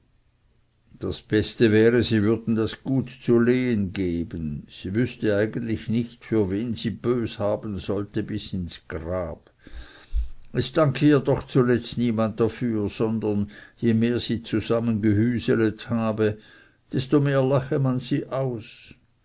das beste wäre sie würden das gut zu lehen geben sie wüßte eigentlich nicht für wen sie bös haben sollte bis ins grab es danke ihr doch zuletzt niemand dafür sondern je mehr sie zusammengehüselet habe desto mehr lache man sie aus